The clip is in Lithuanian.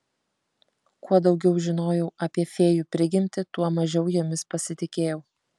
kuo daugiau žinojau apie fėjų prigimtį tuo mažiau jomis pasitikėjau